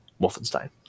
Wolfenstein